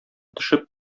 төшеп